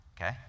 Okay